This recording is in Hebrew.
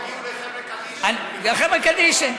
דיברנו על זה, הרי, אתה יודע את זה.